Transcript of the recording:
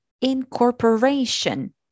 incorporation